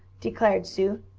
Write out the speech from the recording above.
declared sue.